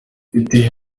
iteye